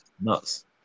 nuts